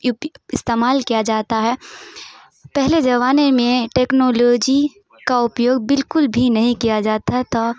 اپ استعمال کیا جاتا ہے پہلے زبانے میں ٹیکنالوجی کا اپیوگ بالکل بھی نہیں کیا جاتا تھا